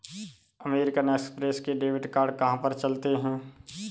American Express के debit card कहाँ पर चलते हैं?